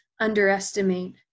underestimate